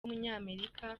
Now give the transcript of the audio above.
w’umunyamerika